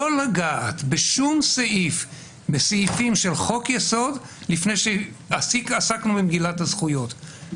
לא לגעת בשום סעיף בסעיפים של חוק יסוד לפני שעסקנו במגילת הזכויות.